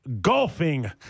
golfing